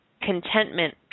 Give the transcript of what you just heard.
Contentment